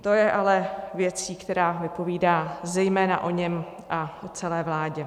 To je ale věc, která vypovídá zejména o něm a o celé vládě.